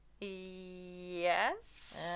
Yes